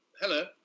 Hello